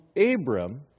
Abram